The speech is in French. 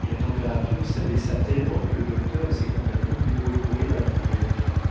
et la température s'abaissa tellement que le docteur et ses compagnons durent recourir à leurs couvertures